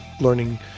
learning